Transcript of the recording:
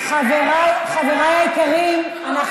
בחייאת רבאק, דברי עברית.